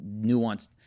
nuanced